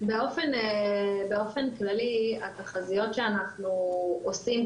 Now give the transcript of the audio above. באופן כללי התחזיות שאנחנו עושים,